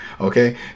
okay